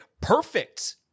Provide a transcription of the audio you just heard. perfect